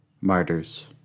Martyrs